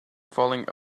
falling